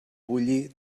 bulli